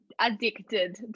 addicted